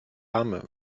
arme